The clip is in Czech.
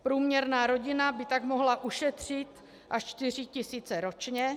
Průměrná rodina by tak mohla ušetřit až čtyři tisíce ročně.